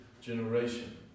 generation